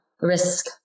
risk